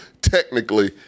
technically